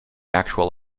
actual